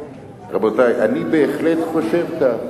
רבותי, אני בהחלט חושב כך.